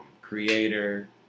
creator